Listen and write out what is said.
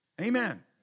Amen